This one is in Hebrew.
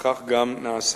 וכך גם נעשה.